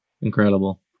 incredible